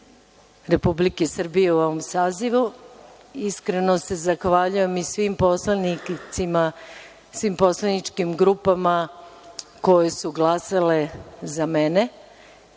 Republike Srbije u ovom sazivu. Iskreno se zahvaljujem i svim poslaničkim grupama koje su glasale za mene